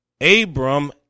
Abram